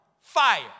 fire